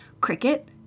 Cricket